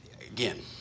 again